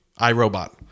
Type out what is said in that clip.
iRobot